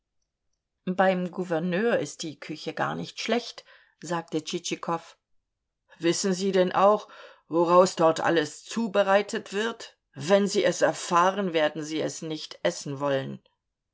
beim gouverneur ist die küche gar nicht schlecht sagte tschitschikow wissen sie denn auch woraus dort alles zubereitet wird wenn sie es erfahren werden sie es nicht essen wollen